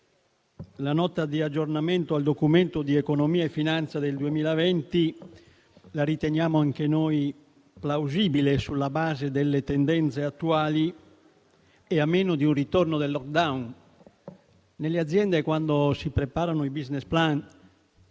la Nota di aggiornamento al Documento di economia e finanza del 2020 la riteniamo anche noi plausibile sulla base delle tendenze attuali, a meno di un ritorno del *lockdown*. Nelle aziende, quando si preparano i *business plan*,